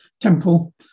temple